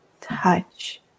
touch